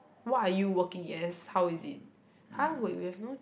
what are you working as how is it !huh! wait we have no